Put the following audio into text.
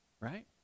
Right